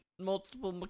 multiple